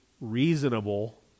reasonable